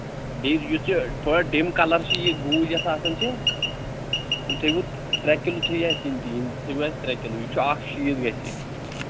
بیٚیہِ یُس یہِ تھوڑا ڈِم کَلر چھِ یہِ گوٗج یَتھ آسان چھِ یِم تھٲیوُ ترٛےٚ کِلوٗ تھٲیہِ اَسہِ یِم تہِ یِم تھٲیوُ اَسہِ ترٛےٚ کِلوٗ یہِ چھُ اکھ شیٖتھ گژھِ یہِ